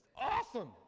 awesome